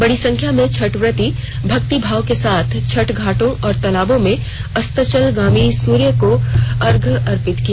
बड़ी संख्या में छठव्रती भक्ति भाव के साथ छठ घाटों और तालाबों में अस्ताचलगामी सूर्य को अर्घ्य अर्पित किया